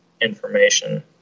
information